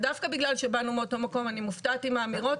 ודווקא בגלל שבאנו מאותו מקום אני מופתעת עם האמירות